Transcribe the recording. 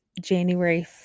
January